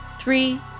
three